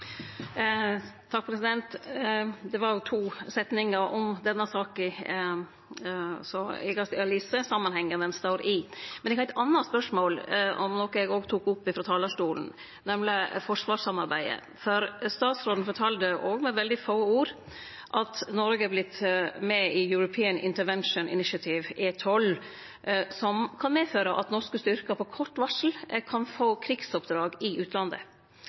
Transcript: Det var to setningar om denne saka. Eg har lese samanhengen det står i. Men eg har eit anna spørsmål, om noko eg òg tok opp frå talarstolen, nemleg forsvarssamarbeidet, for statsråden fortalde òg med veldig få ord at Noreg har vorte med i European Intervention Initiative, EI2, noko som kan medføre at norske styrkar på kort varsel kan få pliktoppdrag i utlandet.